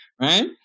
right